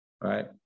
right